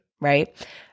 right